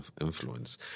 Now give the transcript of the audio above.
influence